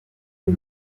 une